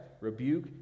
rebuke